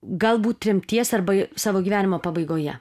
galbūt tremties arba savo gyvenimo pabaigoje